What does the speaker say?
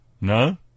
No